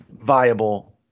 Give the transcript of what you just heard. viable